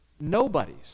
Nobody's